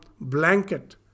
blanket